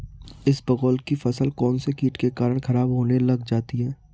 इसबगोल की फसल कौनसे कीट के कारण खराब होने लग जाती है?